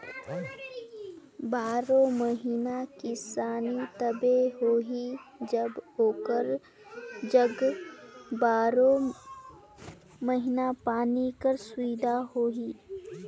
बारो महिना किसानी तबे होही जब ओकर जग बारो महिना पानी कर सुबिधा होही